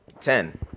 ten